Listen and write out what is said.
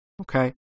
Okay